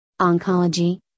oncology